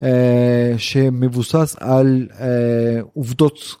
שמבוסס על עובדות.